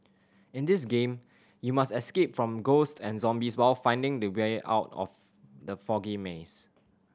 in this game you must escape from ghost and zombies while finding the way out of the foggy maze